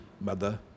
mother